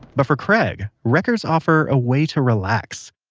but for craig, records offer a way to relax.